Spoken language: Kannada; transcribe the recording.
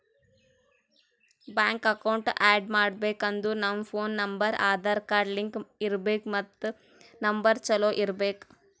ಬ್ಯಾಂಕ್ ಅಕೌಂಟ್ ಆ್ಯಡ್ ಮಾಡ್ಬೇಕ್ ಅಂದುರ್ ನಮ್ ಫೋನ್ ನಂಬರ್ ಆಧಾರ್ ಕಾರ್ಡ್ಗ್ ಲಿಂಕ್ ಇರ್ಬೇಕ್ ಮತ್ ನಂಬರ್ ಚಾಲೂ ಇರ್ಬೇಕ್